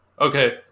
okay